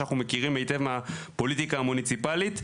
שאנחנו מכירים היטב מהפוליטיקה המוניציפלית.